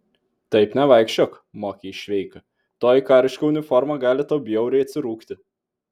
taip nevaikščiok mokė jis šveiką toji kariška uniforma gali tau bjauriai atsirūgti